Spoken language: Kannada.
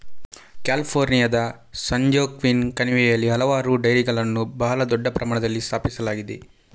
ಕ್ಯಾಲಿಫೋರ್ನಿಯಾದ ಸ್ಯಾನ್ಜೋಕ್ವಿನ್ ಕಣಿವೆಯಲ್ಲಿ ಹಲವಾರು ಡೈರಿಗಳನ್ನು ಬಹಳ ದೊಡ್ಡ ಪ್ರಮಾಣದಲ್ಲಿ ಸ್ಥಾಪಿಸಲಾಗಿದೆ